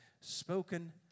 Spoken